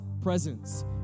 presence